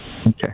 Okay